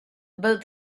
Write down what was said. about